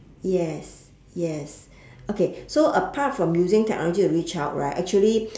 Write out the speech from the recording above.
yes yes okay so apart from using technology to reach out right actually